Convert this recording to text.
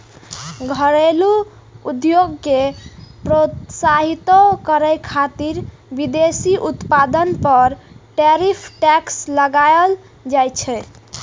घरेलू उद्योग कें प्रोत्साहितो करै खातिर विदेशी उत्पाद पर टैरिफ टैक्स लगाएल जाइ छै